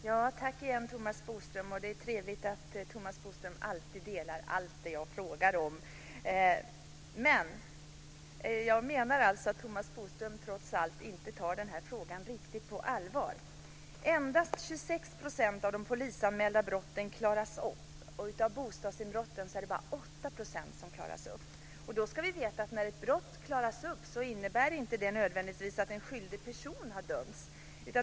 Fru talman! Det är trevligt att justitieministern alltid säger att han delar min åsikt i allt jag frågar om. Men jag menar trots detta att Thomas Bodström inte tar den här frågan riktigt på allvar. Endast 26 % av de polisanmälda brotten klaras upp, och av bostadsinbrotten klaras bara 8 % upp. Då ska vi veta att när ett brott klaras upp innebär det inte nödvändigtvis att en skyldig person har dömts.